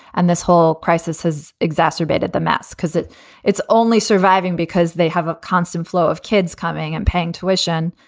and this whole crisis has exacerbated the mess because it it's only surviving because they have a constant flow of kids coming and paying tuition.